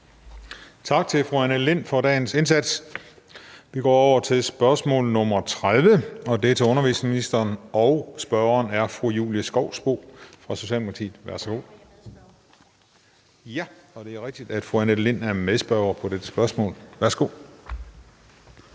Tak til fru Annette Lind for dagens indsats. Vi går over til spørgsmål nr. 30. Det er til undervisningsministeren, og spørgeren er fru Julie Skovsby fra Socialdemokratiet. Og fru Annette Lind er medspørger på dette spørgsmål. Kl.